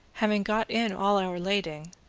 having got in all our lading,